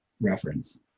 reference